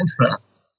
interest